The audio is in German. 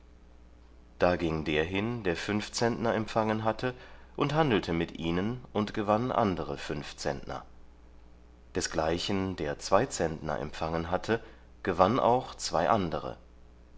da ging der hin der fünf zentner empfangen hatte und handelte mit ihnen und gewann andere fünf zentner desgleichen der zwei zentner empfangen hatte gewann auch zwei andere